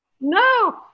No